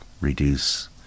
reduce